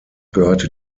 gehörte